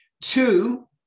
Two